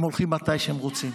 הם הולכים מתי שהם רוצים.